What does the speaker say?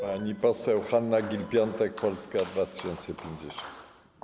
Pani poseł Hanna Gill-Piątek, Polska 2050.